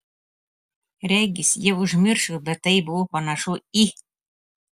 regis jie užmiršo bet tai buvo panašu į